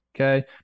okay